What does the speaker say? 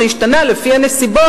זה השתנה לפי הנסיבות.